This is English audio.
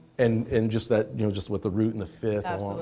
and and just that you know just with the root and the fifth. absolutely.